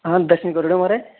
आं दर्शन करी उड़े महाराज